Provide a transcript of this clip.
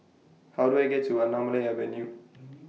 How Do I get to Anamalai Avenue